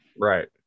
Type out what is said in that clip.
right